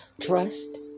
Trust